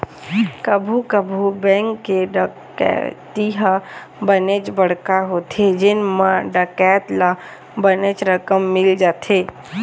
कभू कभू बेंक के डकैती ह बनेच बड़का होथे जेन म डकैत ल बनेच रकम मिल जाथे